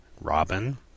Robin